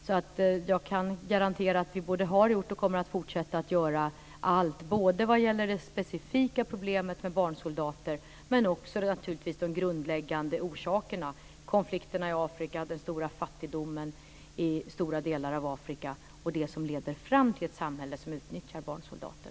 Jag kan alltså garantera att vi både har gjort och kommer att fortsätta att göra allt, både vad gäller det specifika problemet med barnsoldater men naturligtvis också de grundläggande orsakerna, dvs. konflikterna i Afrika, den stora fattigdomen i stora delar av Afrika och det som leder fram till ett samhälle som utnyttjar barnsoldater.